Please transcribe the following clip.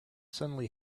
suddenly